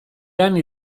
anni